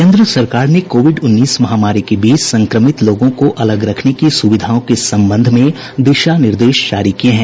केन्द्र सरकार ने कोविड उन्नीस महामारी के बीच संक्रमित लोगों को अलग रखने की सुविधाओं के संबंध में दिशा निर्देश जारी किये हैं